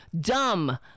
dumb